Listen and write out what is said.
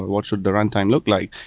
what should the runtime look like?